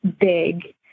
big